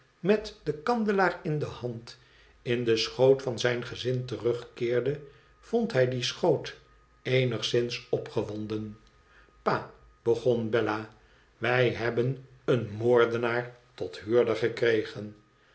met den kandelaar in de hand in den schoot van zijn gezin terugkeerde vond hij dien schoot eenigszins opgewonden pa begon bella wij hebben een moordenaar tot huurder